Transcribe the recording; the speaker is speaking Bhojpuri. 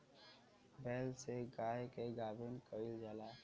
बैल से गाय के गाभिन कइल जाला